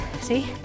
See